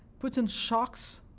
putin shocks